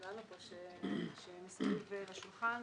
כולנו פה שמסביב לשולחן,